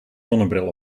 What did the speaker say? zonnebril